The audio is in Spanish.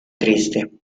triste